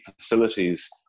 facilities